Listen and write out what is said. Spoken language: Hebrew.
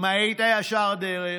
אם היית ישר דרך,